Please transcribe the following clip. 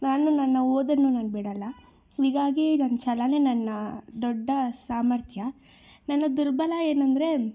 ನಾನು ನನ್ನ ಓದನ್ನು ನಾನು ಬಿಡಲ್ಲ ಹೀಗಾಗಿ ನನ್ನ ಛಲನೇ ನನ್ನ ದೊಡ್ಡ ಸಾಮರ್ಥ್ಯ ನನ್ನ ದುರ್ಬಲ ಏನೆಂದ್ರೆ